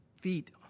feet